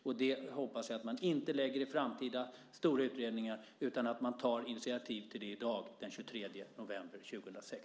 Jag hoppas att man inte lägger detta i framtida stora utredningar utan att man tar initiativ i dag, den 23 november 2006.